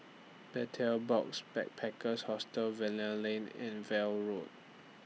Betel Box Backpackers Hostel Lane and veil Road